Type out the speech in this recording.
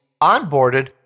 onboarded